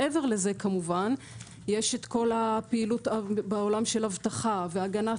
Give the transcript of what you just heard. מעבר לזה כמובן יש את כל הפעילות בעולם של אבטחה והגנת